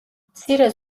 მცირე